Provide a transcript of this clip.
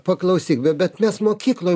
paklausyk bet mes mokykloj